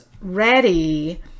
ready